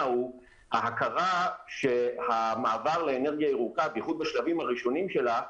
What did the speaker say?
הוא ההכרה שהמעבר לאנרגיה ירוקה בייחוד בשלבים הראשונים שלה,